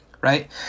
right